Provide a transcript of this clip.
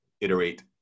Iterate